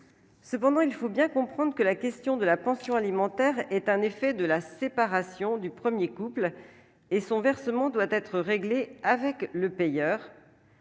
cependant, il faut bien comprendre que la question de la pension alimentaire est un effet de la séparation du 1er couple et son versement doit être réglé avec le payeur,